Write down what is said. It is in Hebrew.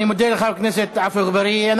אני מודה לחבר הכנסת עפו אגבאריה.